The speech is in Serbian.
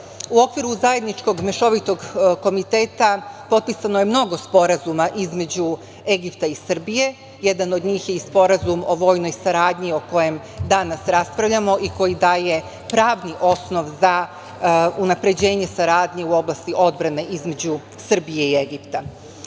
U okviru Zajedničkog mešovitog komiteta potpisano je mnogo sporazuma između Egipta i Srbije. Jedan od njih je i Sporazum o vojnoj saradnji o kojem danas raspravljamo i koji daje pravni osnov za unapređenje saradnje u oblasti odbrane između Srbije i Egipta.U